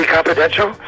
Confidential